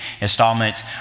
installments